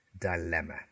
dilemma